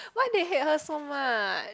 what they hate her so much